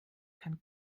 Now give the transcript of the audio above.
kann